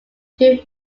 two